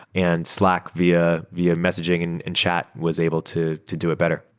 and slack via via messaging and and chat was able to to do it better.